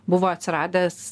buvo atsiradęs